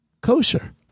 kosher